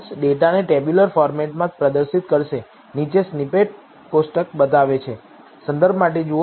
View ડેટાને tabular ફોર્મેટમાં પ્રદર્શિત કરશે નીચે સ્નિપેટ કોષ્ટક બતાવે છે